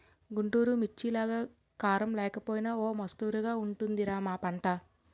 గుంటూరు మిర్చిలాగా కారం లేకపోయినా ఓ మొస్తరుగా ఉంటది రా మా పంట